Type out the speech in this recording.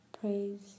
praise